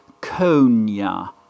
CONIA